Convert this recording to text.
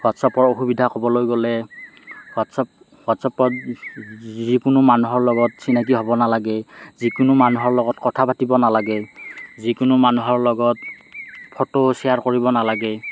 হোৱাট্চআপৰ অসুবিধা ক'বলৈ গ'লে হোৱাট্চআপ হোৱাট্চআপত যিকোনো মানুহৰ লগত চিনাকি হ'ব নালাগে যিকোনো মানুহৰ লগত কথা পাতিব নালাগে যিকোনো মানুহৰ লগত ফটো শ্বেয়াৰ কৰিব নালাগে